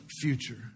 future